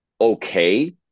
okay